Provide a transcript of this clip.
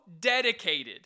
dedicated